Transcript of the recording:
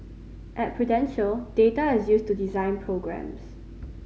at Prudential data is used to design programmes